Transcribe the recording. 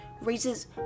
raises